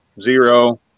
Zero